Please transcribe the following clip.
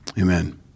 Amen